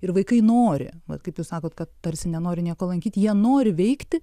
ir vaikai nori vat kaip jūs sakot tarsi nenori nieko lankyt jie nori veikti